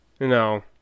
No